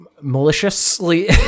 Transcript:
maliciously